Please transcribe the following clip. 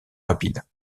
rapide